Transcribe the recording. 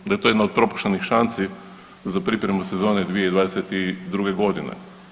Da je to jedna od propuštenih šansi za pripremu sezone 2022. godine.